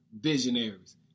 visionaries